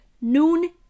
noon